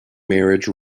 marriage